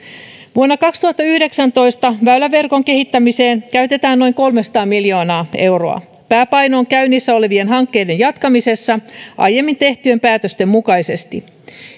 vuonna kaksituhattayhdeksäntoista väyläverkon kehittämiseen käytetään noin kolmesataa miljoonaa euroa pääpaino on käynnissä olevien hankkeiden jatkamisessa aiemmin tehtyjen päätösten mukaisesti